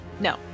No